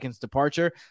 departure